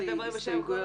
אל תדברי בשם כולנו.